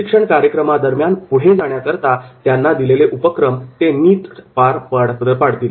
प्रशिक्षण कार्यक्रमादरम्यान पुढे जाण्याकरता त्यांना दिलेले उपक्रम ते नीट पार पाडतील